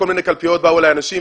מכל מיני קלפיות באו אלי אנשים,